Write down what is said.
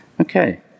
Okay